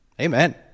Amen